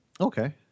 Okay